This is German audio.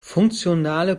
funktionale